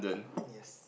yes